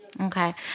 Okay